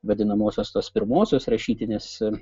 vadinamosios tos pirmosios rašytinės